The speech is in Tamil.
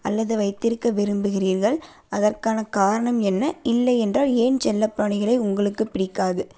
அல்லது வைத்திருக்க விரும்புகிறீர்கள் அதற்கான காரணம் என்ன இல்லை என்றால் ஏன் செல்லப் பிராணிகளை உங்களுக்கு பிடிக்காது